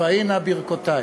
פאינה, ברכותי.